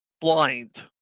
blind